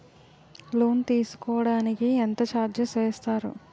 Loan తీసుకోడానికి ఎంత charges వేస్తారు?